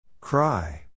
Cry